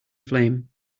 flame